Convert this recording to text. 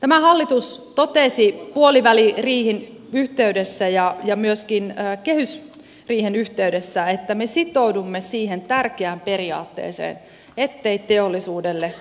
tämä hallitus totesi puoliväliriihen yhteydessä ja myöskin kehysriihen yhteydessä että me sitoudumme siihen tärkeään periaatteeseen ettei teollisuudelle